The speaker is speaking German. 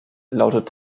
lautet